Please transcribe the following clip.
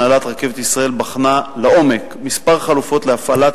הנהלת "רכבת ישראל" בחנה לעומק כמה חלופות להפעלת